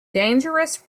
dangerous